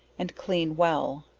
and clean well,